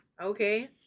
okay